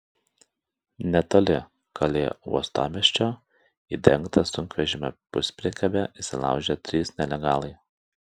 netoli kalė uostamiesčio į dengtą sunkvežimio puspriekabę įsilaužė trys nelegalai